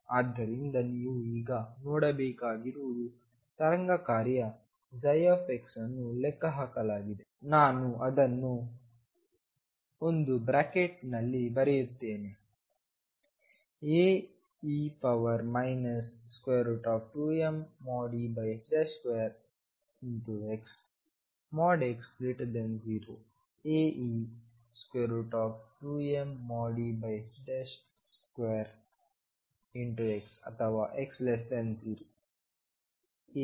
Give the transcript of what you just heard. ಆದ್ದರಿಂದ ನೀವು ಈಗ ನೋಡಬೇಕಾಗಿರುವುದು ತರಂಗ ಕಾರ್ಯ ψವನ್ನು ಲೆಕ್ಕಹಾಕಲಾಗಿದೆ ನಾನು ಅದನ್ನು 1 ಬ್ರಾಕೆಟ್ನಲ್ಲಿ ಬರೆಯುತ್ತೇನೆAe 2mE2xx0 Ae2mE2x ಅಥವಾ x0